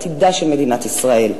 עתידה של מדינת ישראל?